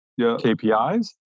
KPIs